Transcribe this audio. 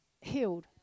healed